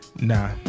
nah